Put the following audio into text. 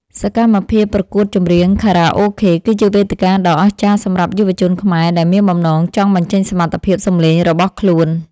សកម្មភាពប្រកួតចម្រៀងចខារ៉ាអូខេគឺជាវេទិកាដ៏អស្ចារ្យសម្រាប់យុវជនខ្មែរដែលមានបំណងចង់បញ្ចេញសមត្ថភាពសម្លេងរបស់ខ្លួន។